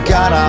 God